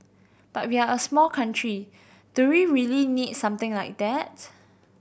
but we're a small country do we really need something like that